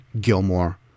Gilmore